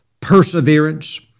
perseverance